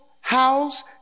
house